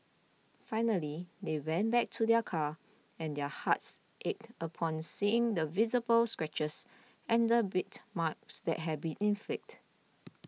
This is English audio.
finally they went back to their car and their hearts ached upon seeing the visible scratches and bite marks that had been inflicted